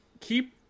keep –